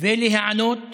ולהיענות